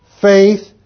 faith